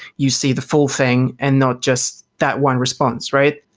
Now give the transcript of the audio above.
you see the full thing and not just that one response, right?